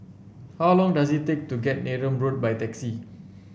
how long does it take to get Neram Road by taxi